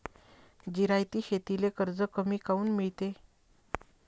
जिरायती शेतीले कर्ज कमी काऊन मिळते?